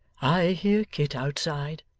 i hear kit outside.